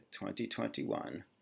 2021